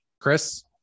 Chris